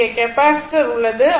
இங்கே கெப்பாசிட்டர் உள்ளது